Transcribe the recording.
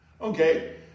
Okay